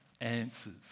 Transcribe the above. answers